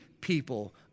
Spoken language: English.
people